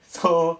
so